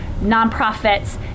nonprofits